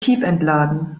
tiefentladen